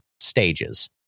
stages